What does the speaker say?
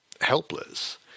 helpless